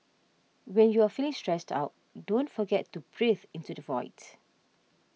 when you are feeling stressed out don't forget to breathe into the void